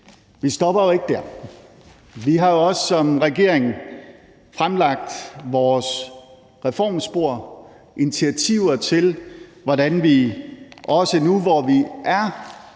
vi stopper jo ikke der. Vi har også som regering fremlagt vores reformspor og initiativer til, hvordan vi også nu, hvor vi er